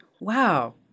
wow